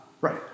Right